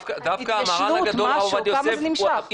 דווקא המרן הגדול הרב עובדיה יוסף,